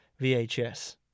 VHS